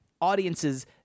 audiences